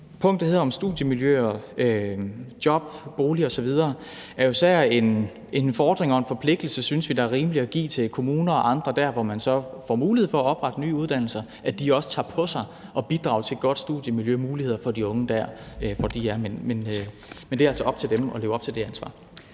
Punktet her om studiemiljøer, job, bolig osv. er jo især en fordring og en forpligtelse, synes vi, det er rimeligt at give til kommuner og andre der, hvor man så får mulighed for at oprette nye uddannelser, så de også tager på sig at bidrage til et godt studiemiljø og muligheder for de unge der, hvor de er. Men det er altså op til dem at leve op til det ansvar.